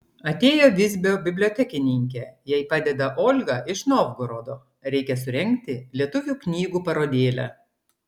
atėjo visbio bibliotekininkė jai padeda olga iš novgorodo reikia surengti lietuvių knygų parodėlę